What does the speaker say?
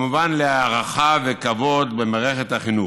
וכמובן להערכה ולכבוד במערכת החינוך.